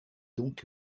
donc